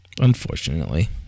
Unfortunately